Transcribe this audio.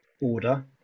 order